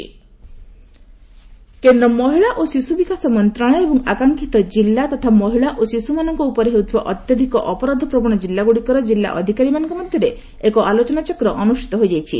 ସ୍କତି ଇରାନୀ କେନ୍ଦ୍ର ମହିଳା ଓ ଶିଶୁ ବିକାଶ ମନ୍ତ୍ରଶାଳୟ ଏବଂ ଆକାଂକ୍ଷିତ ଜିଲ୍ଲା ତଥା ମହିଳା ଓ ଶିଶୁମାନଙ୍କ ଉପରେ ହେଉଥିବା ଅତ୍ୟଧିକ ଅପରାଧ ପ୍ରବଣ ଜିଲ୍ଲାଗୁଡ଼ିକର କିଲ୍ଲା ଅଧିକାରୀଙ୍କ ମଧ୍ୟରେ ଏକ ଆଲୋଚନାଚକ୍ର ଅନୁଷ୍ଠିତ ହୋଇଯାଇଛି